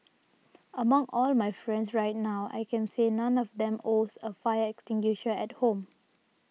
among all my friends right now I can say none of them owns a fire extinguisher at home